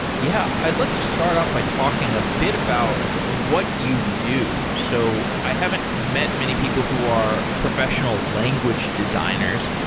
yeah. i'd like to start off by talking a bit about what you do. so i haven't met many people who are professional language designers.